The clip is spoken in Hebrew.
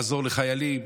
לעזור לחיילים,